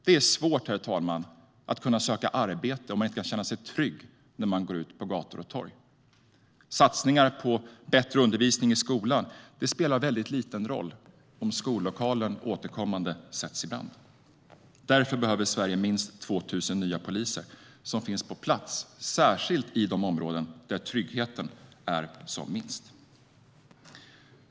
Det är svårt, herr talman, att söka arbete om man inte kan känna sig trygg när man går ut på gator och torg. Satsningar på bättre undervisning i skolan spelar väldigt liten roll om skollokalen återkommande sätts i brand. Därför behöver Sverige minst 2 000 nya poliser som finns på plats, särskilt i de områden där tryggheten är som minst.